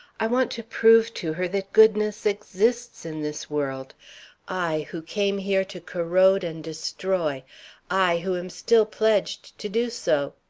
i want to prove to her that goodness exists in this world i, who came here to corrode and destroy i, who am still pledged to do so.